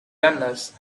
runners